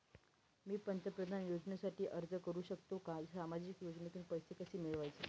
मी पंतप्रधान योजनेसाठी अर्ज करु शकतो का? सामाजिक योजनेतून पैसे कसे मिळवायचे